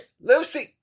Lucy